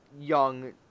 young